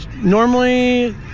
Normally